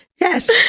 Yes